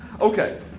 Okay